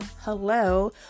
hello